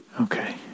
Okay